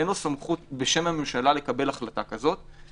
אין לו סמכות בשם הממשלה לקבל החלטה כזאת.